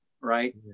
right